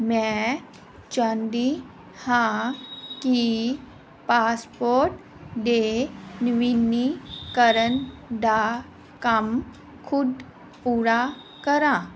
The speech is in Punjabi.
ਮੈਂ ਚਾਹੁੰਦੀ ਹਾਂ ਕਿ ਪਾਸਪੋਰਟ ਦੇ ਨਵੀਨੀਕਰਨ ਦਾ ਕੰਮ ਖੁਦ ਪੂਰਾ ਕਰਾਂ